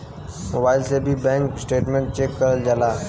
mobile से भी bank statement check करल जाला